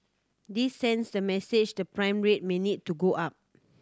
this sends the message the prime rate may need to go up